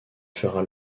fera